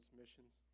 missions